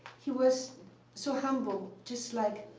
he was so humble, just like